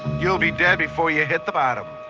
you'll be dead before you hit the bottom.